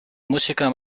música